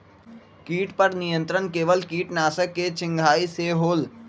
किट पर नियंत्रण केवल किटनाशक के छिंगहाई से होल?